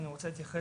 אני רוצה להתייחס